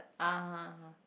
ah